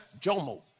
Jomo